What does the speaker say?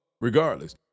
Regardless